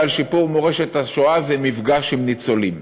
על שיפור מורשת השואה זה מפגש עם ניצולים.